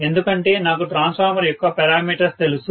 ఎందుకంటే నాకు ట్రాన్స్ఫార్మర్ యొక్క పారామీటర్స్ తెలుసు